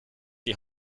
die